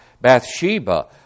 Bathsheba